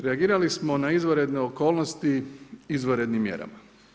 Reagirali smo na izvanredne okolnosti izvanrednim mjerama.